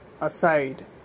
aside